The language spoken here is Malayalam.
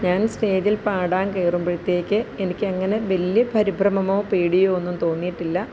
ഞാൻ സ്റ്റേജിൽ പാടാൻ കയറുമ്പോഴത്തേക്ക് എനിക്കങ്ങനെ വലിയ പരിഭ്രമമോ പേടിയോ ഒന്നും തോന്നിയിട്ടില്ല